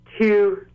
two